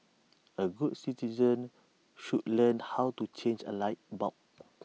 A good citizens should learn how to change A light bulb